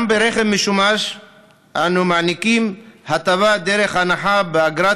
גם ברכב משומש אנו מעניקים הטבה דרך הנחה באגרת